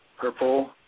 purple